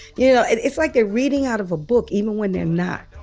you know? it's like they're reading out of a book even when they're not.